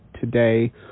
today